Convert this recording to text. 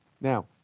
now